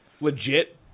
legit